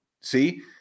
See